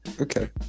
Okay